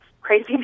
crazy